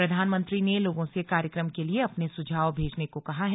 प्रधानमंत्री ने लोगों से कार्यक्रम के लिए अपने सुझाव भेजने को कहा है